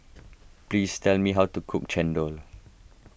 please tell me how to cook Chendol